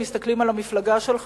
הם מסתכלים על המפלגה שלך,